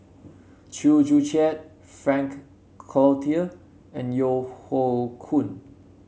Chew Joo Chiat Frank Cloutier and Yeo Hoe Koon